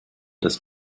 das